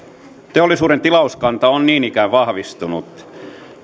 teollisuuden tilauskanta on niin ikään vahvistunut